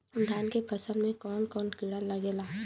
धान के फसल मे कवन कवन कीड़ा लागेला?